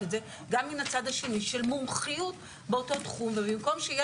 זה כי אם לצד השני של מומחיות באותו תחום ובמקום שיהיה